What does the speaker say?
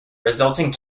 resulting